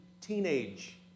teenage